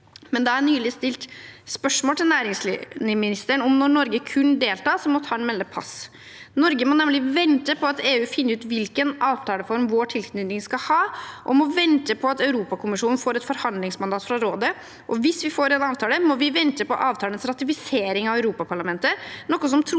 men da jeg nylig stilte spørsmål til næringsmi nisteren om når Norge kunne delta, måtte han melde pass. Norge må nemlig vente på at EU finner ut hvilken avtaleform vår tilknytning skal ha, og må vente på at Europakommisjonen får et forhandlingsmandat fra Rådet. Og hvis vi får en avtale, må vi vente på Europaparlamentets ratifisering av avtalen, noe som trolig